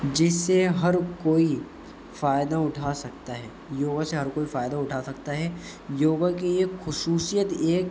جس سے ہر کوئی فائدہ اٹھا سکتا ہے یوگا سے ہر کوئی فائدہ اٹھا سکتا ہے یوگا کے ایک خصوصیت ایک